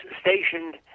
stationed